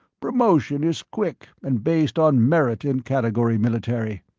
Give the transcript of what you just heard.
promotion is quick and based on merit in category military.